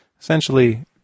Essentially